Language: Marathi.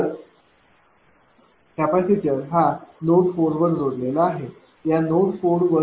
तर कॅपेसिटर हा नोड 4 वर जोडलेला आहे या नोड वर जोडलेला आहे